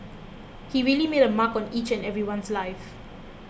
he really made a mark on each and everyone's life